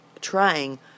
trying